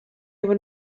were